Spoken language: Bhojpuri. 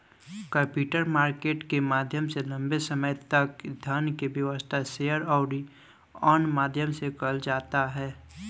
कैपिटल मार्केट के माध्यम से लंबे समय तक धन के व्यवस्था, शेयर अउरी अन्य माध्यम से कईल जाता